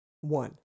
One